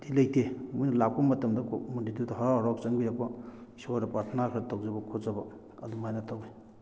ꯗꯤ ꯂꯩꯇꯦ ꯃꯣꯏꯅ ꯂꯥꯛꯄ ꯃꯇꯝꯗ ꯀꯣꯛ ꯃꯟꯗꯤꯔꯗꯨꯗ ꯍꯔꯥꯎ ꯍꯔꯥꯎ ꯆꯪꯕꯤꯔꯛꯄ ꯏꯁꯣꯔꯗ ꯄꯔꯊꯅꯥ ꯈꯔ ꯇꯧꯖꯕ ꯈꯣꯠꯆꯕ ꯑꯗꯨꯃꯥꯏꯅ ꯇꯧꯋꯤ